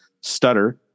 stutter